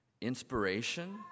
inspiration